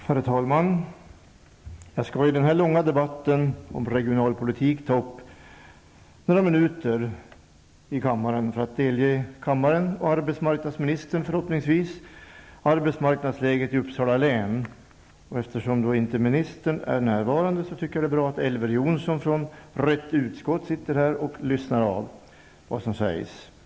Herr talman! Jag skall i denna långa debatt om regionalpolitik ta några minuter i anspråk för att delge kammaren och förhoppningsvis arbetsmarknadsministern arbetsmarknadsläget i Uppsala län. Eftersom ministern inte är närvarande, är det bra att Elver Jonsson, som företräder rätt utskott, är närvarande och lyssnar till vad som sägs i debatten.